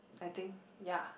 I think ya